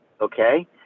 okay